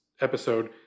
episode